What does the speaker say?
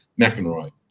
McEnroy